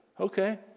Okay